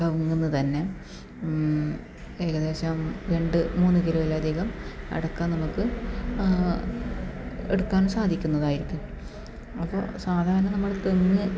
കവുങ്ങുന്ന് തന്നെ ഏകദേശം രണ്ട് മൂന്ന് കിലോയിൽ അധികം അടയ്ക്ക നമുക്ക് എടുക്കാൻ സാധിക്കുന്നതായിരിക്കും അപ്പോള സാധാരണ നമ്മള് തെങ്ങ്